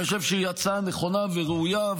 ואני חושב שהיא הצעה נכונה וראויה,